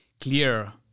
clear